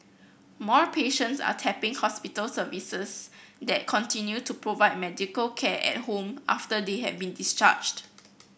more patients are tapping hospital services that continue to provide medical care at home after they have been discharged